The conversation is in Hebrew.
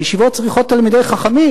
הישיבות צריכות תלמידי חכמים.